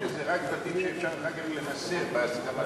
זה רק בתים שאפשר אחר כך לנסר בהסכמתו.